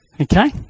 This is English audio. okay